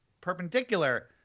perpendicular